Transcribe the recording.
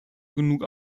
genug